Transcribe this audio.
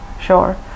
Sure